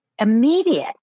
immediate